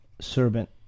servant